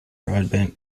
broadband